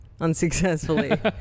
Unsuccessfully